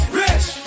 rich